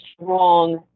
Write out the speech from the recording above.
strong